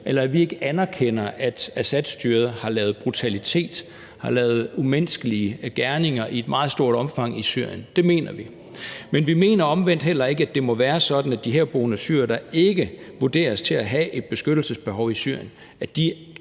eller at vi ikke anerkender, at Assadstyret har lavet brutalitet eller har gjort umenneskelige gerninger i et meget stort omfang i Syrien, for det mener vi, men vi mener omvendt heller ikke, at det må være sådan, at de herboende syrere, der ikke vurderes til at have et beskyttelsesbehov i Syrien,